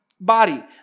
body